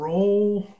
Roll